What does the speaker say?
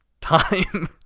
time